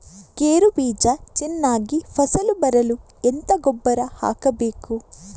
ಗೇರು ಬೀಜ ಚೆನ್ನಾಗಿ ಫಸಲು ಬರಲು ಎಂತ ಗೊಬ್ಬರ ಹಾಕಬೇಕು?